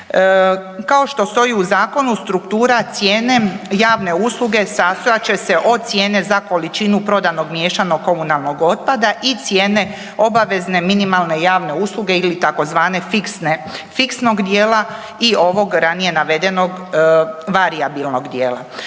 Kao što stoji u zakonu struktura cijene javne usluge sastojat će se od cijene za količinu prodanog miješanog komunalnog otpada i cijene obavezne minimalne javne usluge ili tzv. fiksnog dijela i ovog ranije navedenog varijabilnog dijela.